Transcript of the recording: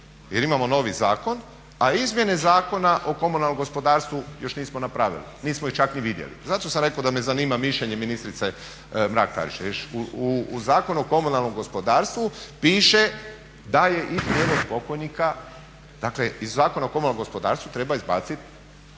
jer imamo novi zakon, a izmjene Zakona o komunalnom gospodarstvu još nismo napravili, nismo ih čak ni vidjeli. Zato sam rekao da me zanima mišljenje ministrice Mrak-Taritaš jer u Zakonu o komunalnom gospodarstvu piše da je i prijevoz pokojnika, dakle iz Zakona o komunalnom gospodarstvu treba izbaciti